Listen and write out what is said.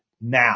now